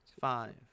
five